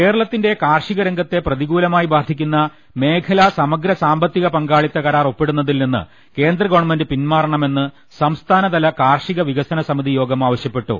കേരളത്തിന്റെ കാർഷികരംഗത്തെ പ്രതികൂലമായി ബാധിക്കുന്ന മേഖലാ സമഗ്ര സാമ്പത്തിക പങ്കാളിത്ത കരാർ ഒപ്പിടുന്നതിൽനിന്ന് കേന്ദ്ര ഗവൺമെന്റ് പിന്മാറ ണമെന്ന് സംസ്ഥാനതല കാർഷിക വികസന സമിതി യോഗം ആവശ്യപ്പെട്ടു